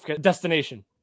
Destination